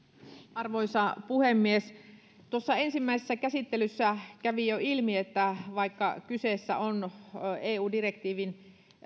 arvoisa puhemies tuossa ensimmäisessä käsittelyssä kävi jo ilmi että vaikka kyseessä on eu direktiivistä